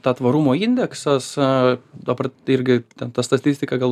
tą tvarumo indeksasą dabar tai irgi ten ta statistika gal